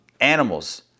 animals